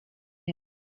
him